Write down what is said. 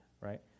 right